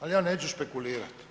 Ali ja neću špekulirat.